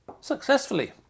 successfully